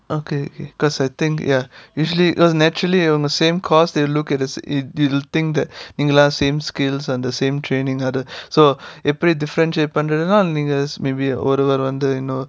okay okay because I think ya usually uh naturally in the same course they'll look at the i~ they'll think that நீங்கலாம்:neengalaam same skills and the same training அது:athu so எப்படி:eppadi differentiate பண்றதுனா:pandrathunaa maybe ஒருவர் வந்து இன்னொரு:oruvar vanthu innoru you know